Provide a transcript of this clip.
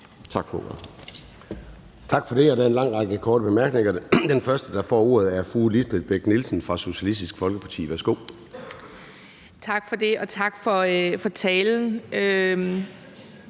Tak for det, og der er en lang række korte bemærkninger. Den første, der får ordet, er fru Lisbeth Bech-Nielsen fra Socialistisk Folkeparti. Værsgo. Kl. 09:18 Lisbeth